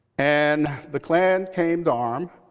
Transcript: and the klan came to arm.